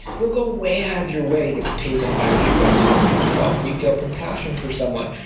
you'll go way out of your way to pay them back, even at cost to yourself. when you feel compassion for someone,